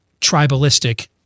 tribalistic